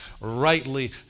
rightly